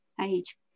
age